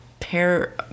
pair